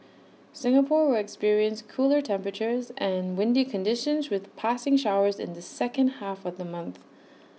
Singapore will experience cooler temperatures and windy conditions with passing showers in the second half of the month